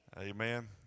Amen